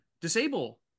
disable